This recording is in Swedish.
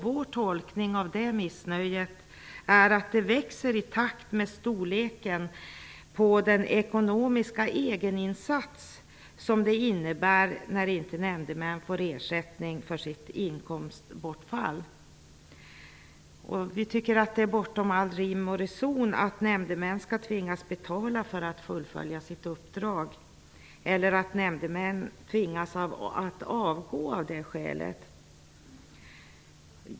Vår tolkning är att detta missnöje växer i takt med den stora ekonomiska egeninsats som blir följden när inte nämndemän får ersättning för sitt inkomstbortfall. Vi tycker att det är bortom all rim och reson att nämndemän skall tvingas betala för att kunna fullfölja sitt uppdrag eller att nämndemän tvingas att avgå av det skälet.